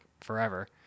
forever